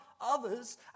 others